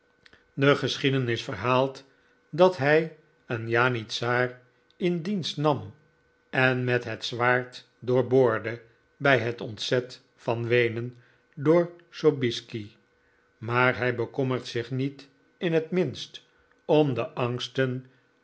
de geschiedenis verhaalt dat hij een janitsaar in dienst nam en met het zwaard doorboorde bij het ontzet van weenen door sobieski maar hij bekommert zich niet in het minst om de angsten